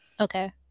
Okay